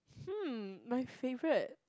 hmm my favourite